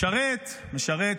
משרת, משרת,